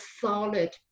solid